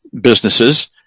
businesses